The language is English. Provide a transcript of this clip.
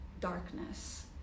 darkness